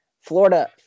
Florida